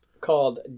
called